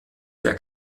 der